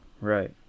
right